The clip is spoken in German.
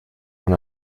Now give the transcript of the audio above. man